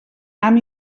amb